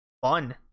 Fun